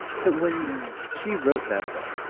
so when she wrote that book,